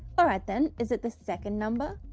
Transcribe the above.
all right then is it the second number?